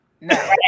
No